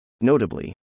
Notably